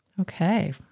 Okay